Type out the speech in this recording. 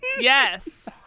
Yes